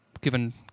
given